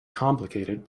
complicated